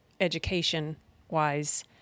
education-wise